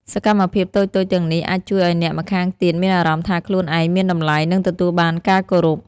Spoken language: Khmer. សកម្មភាពតូចៗទាំងនេះអាចជួយឱ្យអ្នកម្ខាងទៀតមានអារម្មណ៍ថាខ្លួនឯងមានតម្លៃ និងទទួលបានការគោរព។